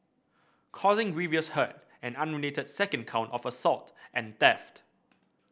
causing grievous hurt an unrelated second count of assault and theft